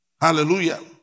Hallelujah